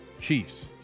Chiefs